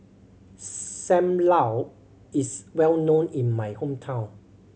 Sam Lau is well known in my hometown